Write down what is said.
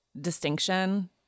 distinction